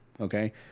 Okay